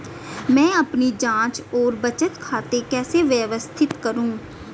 मैं अपनी जांच और बचत खाते कैसे व्यवस्थित करूँ?